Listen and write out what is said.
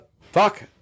Fuck